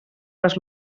les